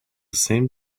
same